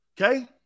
Okay